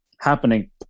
happening